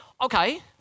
Okay